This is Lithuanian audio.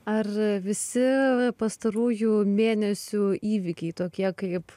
ar visi pastarųjų mėnesių įvykiai tokie kaip